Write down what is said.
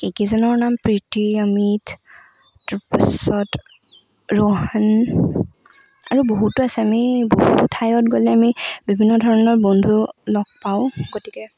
সেইকেইজনৰ নাম প্ৰীতি অমিত তাৰপাছত ৰৌহান আৰু বহুতো আছে আমি বহু ঠাইত গ'লে আমি বিভিন্ন ধৰণৰ বন্ধু লগ পাওঁ গতিকে